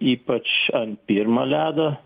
ypač ant pirmo ledo